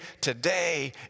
today